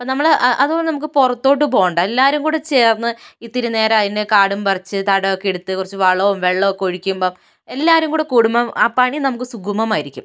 അപ്പം നമ്മൾ അതുപോലെ നമുക്ക് പുറത്തോട്ട് പോകണ്ട എല്ലാവരും കൂടി ചേർന്ന് ഇത്തിരി നേരം അതിൻ്റെ കാടും പറിച്ച് തടമൊക്കെ എടുത്തു കുറച്ച് വളവും വെള്ളവും ഒക്കെ ഒഴിക്കുമ്പം എല്ലാവരും കൂടി കൂടുമ്പം ആ പണി നമുക്ക് സുഗമമായിരിക്കും